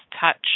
touch